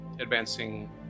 advancing